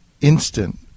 instant